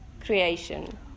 creation